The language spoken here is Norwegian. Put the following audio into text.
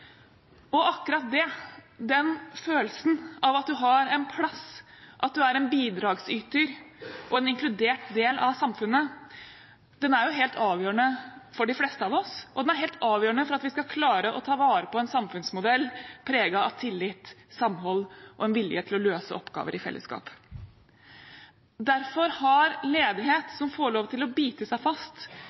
oss. Akkurat det – den følelsen av at du har en plass, at du er en bidragsyter og en inkludert del av samfunnet – er helt avgjørende for de fleste av oss, og helt avgjørende for at vi skal klare å ta vare på en samfunnsmodell preget av tillit, samhold og en vilje til å løse oppgaver i fellesskap. Derfor har ledighet som får lov til å bite seg fast,